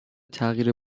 تغییر